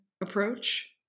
approach